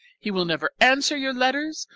he will never answer your letters,